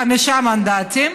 חמישה מנדטים,